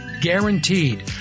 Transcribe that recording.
Guaranteed